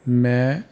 ਮੈਂ